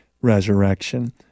resurrection